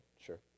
sure